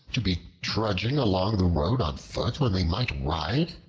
to be trudging along the road on foot when they might ride?